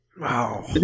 Wow